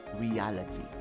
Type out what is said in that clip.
reality